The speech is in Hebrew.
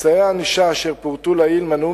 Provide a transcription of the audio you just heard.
אמצעי הענישה אשר פורטו לעיל מנעו